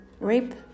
Rape